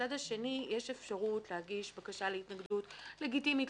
לצד השני יש אפשרות להגיש בקשה להתנגדות לגיטימית,